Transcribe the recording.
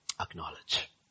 Acknowledge